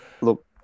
Look